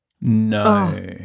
No